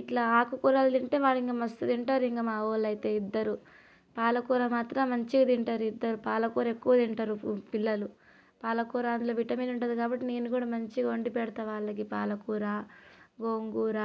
ఇట్లా ఆకుకూరలు తింటే వాళ్ళు ఇంకా మస్తుగా తింటారు ఇంకా మావోళ్ళు అయితే ఇద్దరు పాలకూర మాత్రం మంచిగా తింటారు ఇద్దరు పాలకూర ఎక్కువ తింటారు పిల్లలు పాలకూర అందులో విటమిన్ ఉంటుంది కాబట్టి నేను కూడా మంచిగా వండి పెడతా వాళ్ళకి పాలకూర గోంగూర